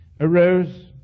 arose